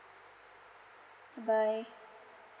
bye